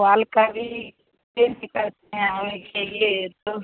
call का भी इसी लिए तो